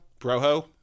Broho